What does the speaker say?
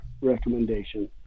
recommendation